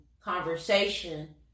conversation